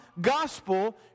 gospel